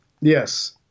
Yes